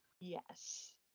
Yes